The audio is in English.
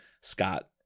Scott